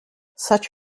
such